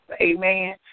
Amen